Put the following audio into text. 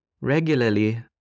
regularly